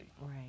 right